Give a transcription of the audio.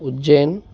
Ujjain